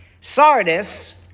Sardis